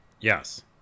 Yes